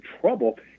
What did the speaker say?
trouble